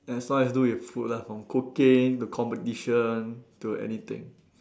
as long as though you have food lah from cooking to competition to anything